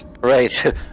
Right